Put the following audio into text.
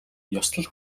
ёслол